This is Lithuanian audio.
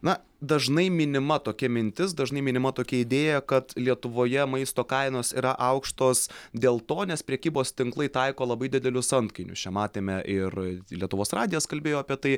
na dažnai minima tokia mintis dažnai minima tokia idėja kad lietuvoje maisto kainos yra aukštos dėl to nes prekybos tinklai taiko labai didelius antkainius čia matėme ir lietuvos radijas kalbėjo apie tai